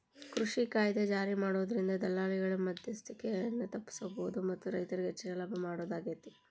ಕೃಷಿ ಕಾಯ್ದೆ ಜಾರಿಮಾಡೋದ್ರಿಂದ ದಲ್ಲಾಳಿಗಳ ಮದ್ಯಸ್ತಿಕೆಯನ್ನ ತಪ್ಪಸಬೋದು ಮತ್ತ ರೈತರಿಗೆ ಹೆಚ್ಚಿನ ಲಾಭ ಮಾಡೋದಾಗೇತಿ